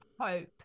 Hope